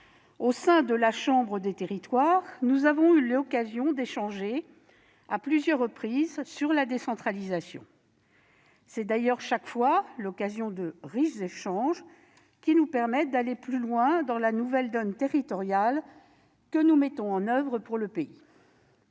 au sein de la chambre des territoires, nous avons eu l'occasion d'échanger à plusieurs reprises sur la décentralisation, avec, chaque fois, de riches échanges qui nous permettent d'aller plus loin dans la nouvelle donne territoriale que nous mettons en oeuvre pour le pays.